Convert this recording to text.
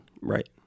Right